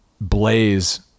blaze